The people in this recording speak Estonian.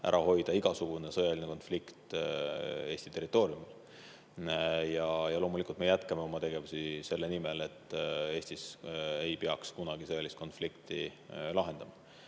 ära hoida igasugune sõjaline konflikt Eesti territooriumil. Loomulikult me jätkame oma tegevust selle nimel, et Eestis ei oleks kunagi vaja sõjalist konflikti lahendada. Kui